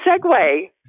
segue